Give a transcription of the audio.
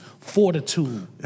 fortitude